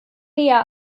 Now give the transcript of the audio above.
mehr